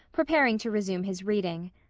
preparing to resume his reading.